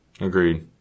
Agreed